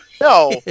No